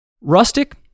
Rustic